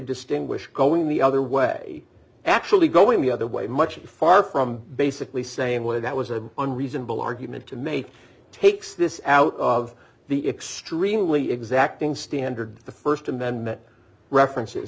distinguish going the other way actually going the other way much far from basically same way that was a on reasonable argument to make takes this out of the extreme really exacting standard the st amendment references